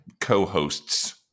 co-hosts